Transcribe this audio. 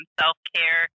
self-care